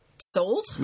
sold